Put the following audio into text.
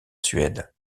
suède